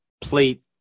plate